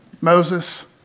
Moses